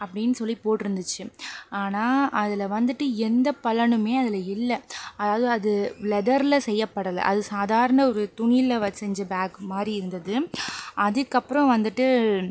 அப்படின்னு சொல்லிப் போட்டுருந்துச்சு ஆனால் அதில் வந்துட்டு எந்தப் பலனுமே அதில் இல்லை அதாவது அது லெதர்ல செய்யப்பட்டல அது சாதாரண ஒரு துணில வ செஞ்ச பேக்மாரி இருந்தது அதுக்கப்பறம் வந்துட்டு